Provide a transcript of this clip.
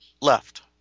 left